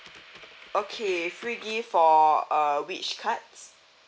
okay free gift for uh which cards